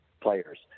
players